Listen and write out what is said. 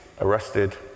arrested